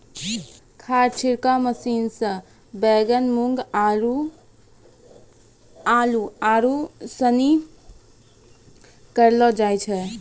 खाद छिड़काव मशीन से बैगन, मूँग, आलू, आरू सनी करलो जाय छै